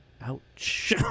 Ouch